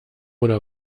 oder